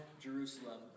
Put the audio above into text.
Jerusalem